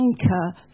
anchor